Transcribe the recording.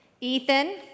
Ethan